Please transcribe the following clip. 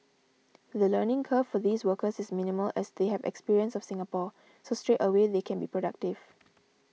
the learning curve for these workers is minimal as they have experience of Singapore so straightaway they can be productive